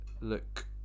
look